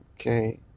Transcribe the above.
Okay